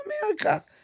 America